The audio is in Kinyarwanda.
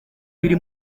biri